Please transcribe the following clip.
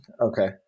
Okay